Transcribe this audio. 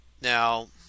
Now